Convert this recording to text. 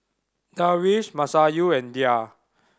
Darwish Masayu and Dhia